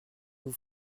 vous